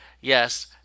yes